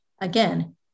again